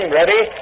ready